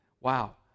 Wow